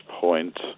point